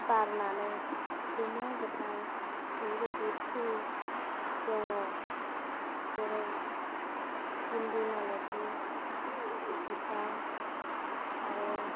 बारनानै गोमो गोथां बेबायदि फुल दङ जेरै गिन्दि माल'थि बिफां आरो